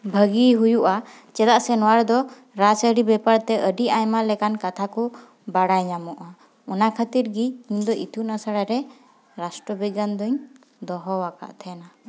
ᱵᱷᱟᱹᱜᱤ ᱦᱩᱭᱩᱜᱼᱟ ᱪᱮᱫᱟᱜ ᱥᱮ ᱱᱚᱣᱟ ᱨᱮᱫᱚ ᱨᱟᱡᱽᱼᱟᱹᱨᱤ ᱵᱮᱯᱟᱨ ᱛᱮ ᱟᱹᱰᱤ ᱟᱭᱢᱟ ᱞᱮᱠᱟᱱ ᱠᱟᱛᱷᱟ ᱠᱚ ᱵᱟᱲᱟᱭ ᱧᱟᱢᱚᱜᱼᱟ ᱚᱱᱟ ᱠᱷᱟᱹᱛᱤᱨ ᱜᱮ ᱤᱧ ᱫᱚ ᱤᱛᱩᱱ ᱟᱥᱲᱟ ᱨᱮ ᱨᱟᱥᱴᱚ ᱵᱤᱜᱽᱜᱟᱱ ᱫᱚᱧ ᱫᱚᱦᱚᱣᱟᱠᱟᱫ ᱛᱟᱦᱮᱱᱟ